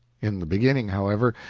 in the beginning, however,